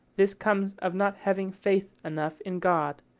this comes of not having faith enough in god,